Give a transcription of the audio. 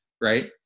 right